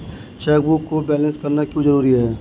Chequebook को balance करना क्यों जरूरी है?